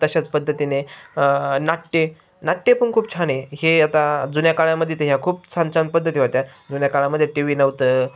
तशाच पद्धतीने नाट्य नाट्य पण खूप छाानए हे आता जुन्या काळमध्ये ते ह्या खूप छान छान पद्धती होत्या जुन्या काळामध्ये टी व्ही नव्हतं